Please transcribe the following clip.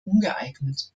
ungeeignet